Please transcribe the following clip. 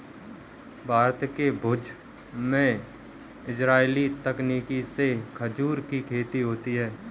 भारत के भुज में इजराइली तकनीक से खजूर की खेती होती है